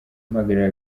impagarara